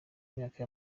myaka